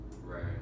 right